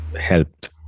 helped